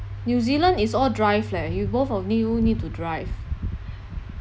new zealand is all drive leh you both of you need to drive